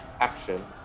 action